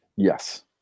Yes